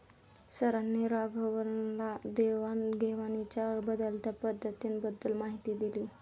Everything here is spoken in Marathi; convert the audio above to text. सरांनी राघवनला देवाण घेवाणीच्या बदलत्या पद्धतींबद्दल माहिती दिली